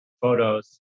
photos